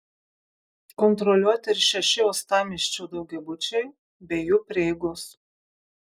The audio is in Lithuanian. kontroliuoti ir šeši uostamiesčio daugiabučiai bei jų prieigos